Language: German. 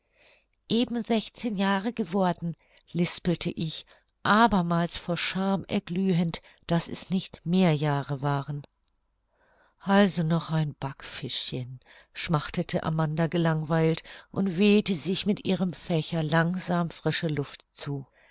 eben jahre geworden lispelte ich abermals vor schaam erglühend daß es nicht mehr jahre waren also noch ein backfischchen schmachtete amanda gelangweilt und wehte sich mit ihrem fächer langsam frische luft zu